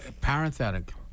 parenthetic